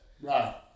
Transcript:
Right